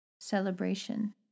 Celebration